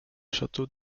château